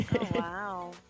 wow